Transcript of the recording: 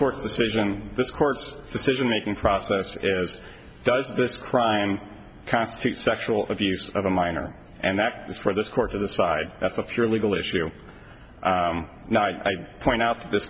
court's decision this court's decision making process as does this crime constitute sexual abuse of a minor and that is for this court to the side that's the pure legal issue and i point out that this